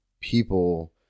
people